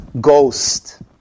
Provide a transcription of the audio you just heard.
Ghost